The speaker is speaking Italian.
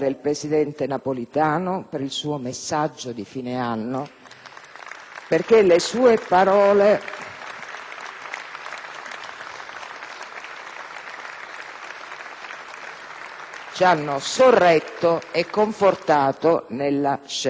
Le sue parole ci hanno sorretto e confortato nella scelta, rafforzandoci nella fiducia.